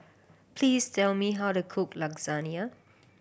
please tell me how to cook Lasagna